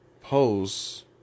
pose